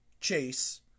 Chase